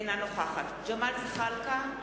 אינה נוכחת ג'מאל זחאלקה,